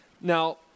Now